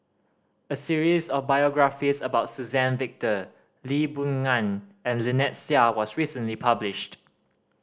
a series of biographies about Suzann Victor Lee Boon Ngan and Lynnette Seah was recently published